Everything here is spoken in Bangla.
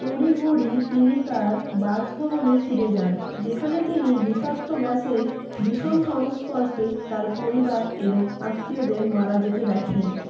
তড়ি ঘড়ি তিনি তার বাসভবনে ফিরে যান যেখানে তিনি বিষাক্ত গ্যাসের বিষম সংস্পর্শে তাঁর পরিবার এবং আত্মীয়দের মারা যেতে দেখেন